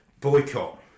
boycott